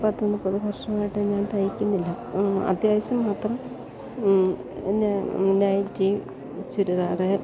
പത്ത് മുപ്പത് വർഷമായിട്ട് ഞാൻ തയ്ക്കുന്നില്ല അത്യാവശ്യം മാത്രം നൈറ്റി ചുരിദാറ്